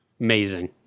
amazing